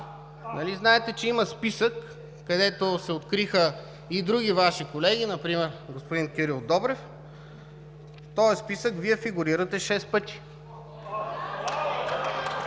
ксерокопие), където се откриха и други Ваши колеги, например господин Кирил Добрев? В този списък Вие фигурирате 6 пъти?